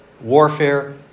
warfare